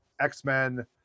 X-Men